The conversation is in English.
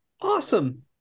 Awesome